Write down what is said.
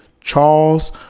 Charles